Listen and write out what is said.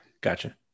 gotcha